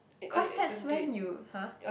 cause that's when you !huh!